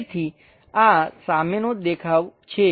તેથી આ સામેનો દેખાવ છે